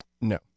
No